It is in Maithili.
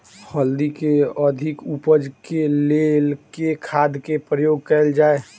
हल्दी केँ अधिक उपज केँ लेल केँ खाद केँ प्रयोग कैल जाय?